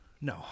No